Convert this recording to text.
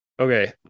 Okay